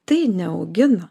tai neaugina